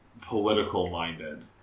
political-minded